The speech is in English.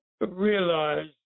realize